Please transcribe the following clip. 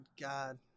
God